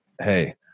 hey